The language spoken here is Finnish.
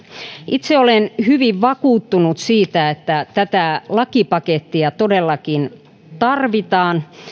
itse olen hyvin vakuuttunut siitä että tätä lakipakettia todellakin tarvitaan